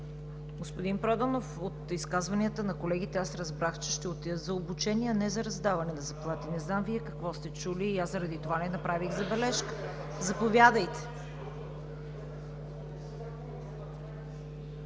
Господин Проданов, от изказванията на колегите аз разбрах, че ще отидат за обучение, не за раздаване да заплати. Не знам Вие какво сте чули и аз заради това не направих забележка. Заповядайте.